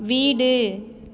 வீடு